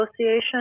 Association